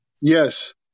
Yes